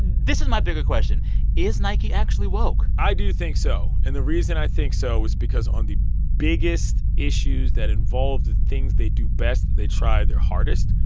this is my bigger question is nike actually woke? i do think so. and the reason i think so is because on the biggest issues that involve the things they do best, they try their hardest,